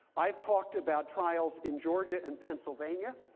i have talked about trials in georgia and pennsylvania.